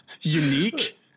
Unique